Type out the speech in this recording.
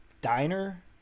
diner